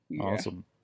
awesome